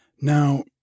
Now